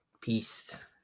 peace